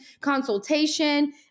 consultation